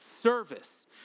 service